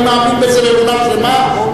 ואני מאמין בזה באמונה שלמה,